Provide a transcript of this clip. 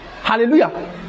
Hallelujah